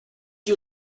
you